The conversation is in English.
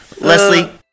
leslie